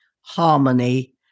harmony